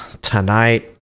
tonight